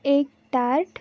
egg tart